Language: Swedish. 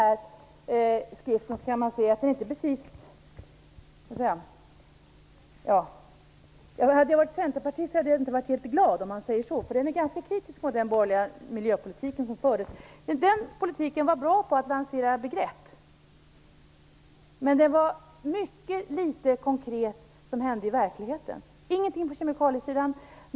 I skriften kan man läsa saker som jag inte skulle ha varit direkt glad över om jag hade varit centerpartist. Skriften är nämligen ganska kritisk mot den borgerliga miljöpolitik som fördes. Den var bra på att lansera begrepp, men det var mycket litet som konkret hände i verkligheten. Det hände ingenting på kemikaliesidan.